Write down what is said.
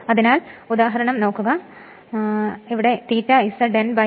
അതിനാൽ lap connection A P ഒപ്പം wave connection A 2